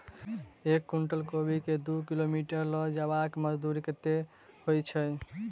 एक कुनटल कोबी केँ दु किलोमीटर लऽ जेबाक मजदूरी कत्ते होइ छै?